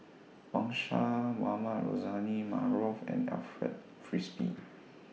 Wang Sha Mohamed Rozani Maarof and Alfred Frisby